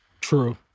True